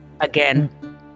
Again